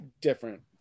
different